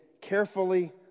carefully